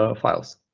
ah files.